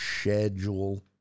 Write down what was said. schedule